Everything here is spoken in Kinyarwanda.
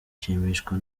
nshimishwa